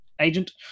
agent